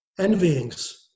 envyings